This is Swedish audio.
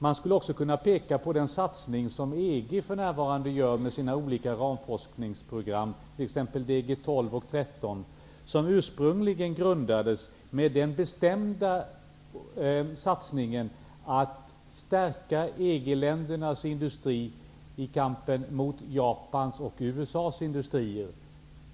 Man skulle också kunna peka på den satsning som EG för närvarande gör med sina olika ramforskningsprojekt, t.ex. DG 12 och 13, som ursprungligen grundades med det bestämda syftet att stärka EG-ländernas industri i kampen mot Japans och USA:s industrier.